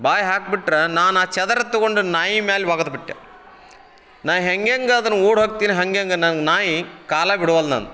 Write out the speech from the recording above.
ಬಾಯಿ ಹಾಕ್ಬಿಟ್ರ ನಾನು ಆ ಚಾದರ ತೊಗೊಂಡು ನಾಯಿ ಮೇಲೆ ಒಗದು ಬಿಟ್ಟೆ ನಾ ಹೇಗೇಗ ಅದನ್ನ ಓಡೋಗ್ತಿನಿ ಹೇಗೇಗ ನನಗೆ ನಾಯಿ ಕಾಲ ಬಿಡವಲ್ದು ನಂದು